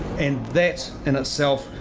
and that in itself,